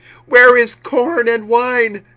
where is corn and wine?